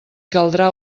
caldrà